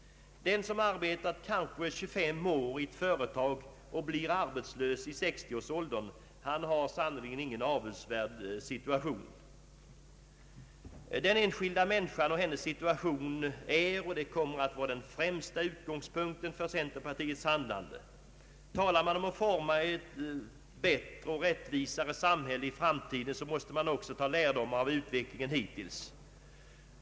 Den som arbetat kanske 25 år i ett företag och blir arbetslös i 60-årsåldern har sannerligen ingen avundsvärd situation. Den enskilda människan och hennes situation är och kommer att vara den främsta utgångspunkten för centerpartiets handlande. Talar man om att forma ett bättre och rättvisare samhälle i framtiden, måste man också ta lärdom av utvecklingen hittills.